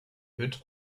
hut